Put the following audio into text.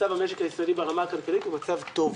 מצב המשק הישראלי ברמה הכלכלית הוא מצב טוב.